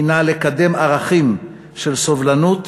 הוא לקדם ערכים של סובלנות